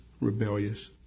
rebellious